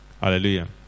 Hallelujah